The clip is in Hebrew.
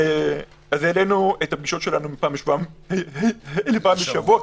העלינו את הפגישות מפעם לשבועיים לפעם בשבוע,